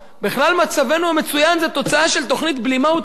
מצבנו המצוין הוא תוצאה של התוכנית "בלימה ותנופה",